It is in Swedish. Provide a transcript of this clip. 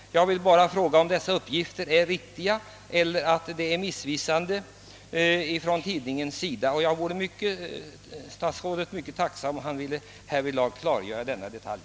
Jag vill fråga om denna uppgift är riktig eller om tidningen gjort ett missvisande påstående. Jag vore mycket tacksam om statsrådet ville klargöra denna detalj.